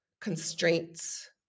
constraints